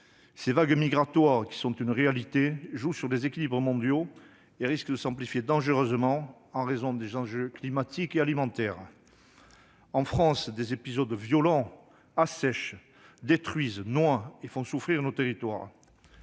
Les vagues migratoires qui en résultent, qui sont une réalité, jouent sur les équilibres mondiaux et risquent de s'amplifier dangereusement en raison des enjeux climatiques et alimentaires. En France, des épisodes violents assèchent, détruisent, noient et font souffrir nos territoires.